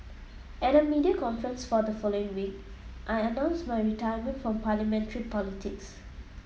at a media conference for the following week I announced my retirement from Parliamentary politics